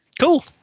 Cool